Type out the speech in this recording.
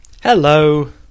Hello